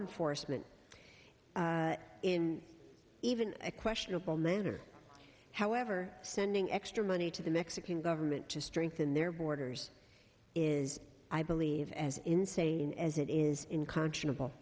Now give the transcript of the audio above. enforcement in even a questionable manner however sending extra money to the mexican government to strengthen their borders is i believe as insane as it is in con